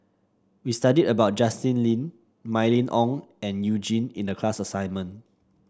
we studied about Justin Lean Mylene Ong and You Jin in the class assignment